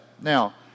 Now